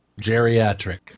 geriatric